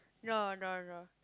no no no